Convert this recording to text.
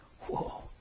Whoa